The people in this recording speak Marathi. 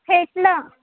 फेटलं